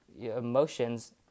emotions